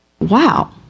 wow